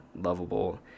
lovable